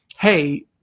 hey